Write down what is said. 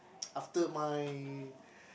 after my